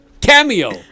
Cameo